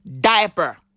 diaper